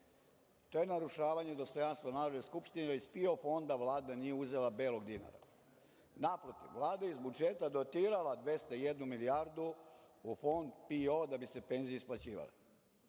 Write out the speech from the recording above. To je narušavanje dostojanstva Narodne skupštine. Iz PIO fonda Vlada nije uzela belog dinara. Naprotiv, Vlada iz budžeta je dotirala 201 milijardu u Fond PIO da bi se penzije isplaćivale.